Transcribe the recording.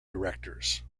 directors